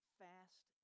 fast